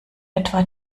etwa